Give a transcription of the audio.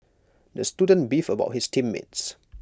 the student beefed about his team mates